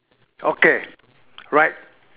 okay right